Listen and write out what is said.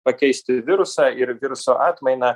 pakeisti virusą ir viruso atmainą